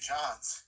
Johns